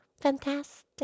Fantastic